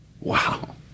Wow